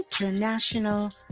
International